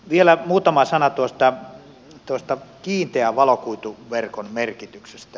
vielä muutama sana tuosta kiinteän valokuituverkon merkityksestä